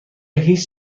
هیچ